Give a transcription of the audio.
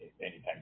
anytime